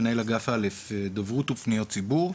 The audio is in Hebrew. מנהל אגף א' דוברות ופניות ציבור.